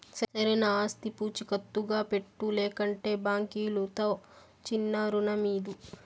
సరైన ఆస్తి పూచీకత్తుగా పెట్టు, లేకంటే బాంకీలుతో చిన్నా రుణమీదు